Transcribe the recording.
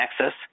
access